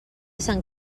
sant